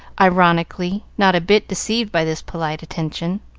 ironically, not a bit deceived by this polite attention.